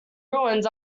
ruins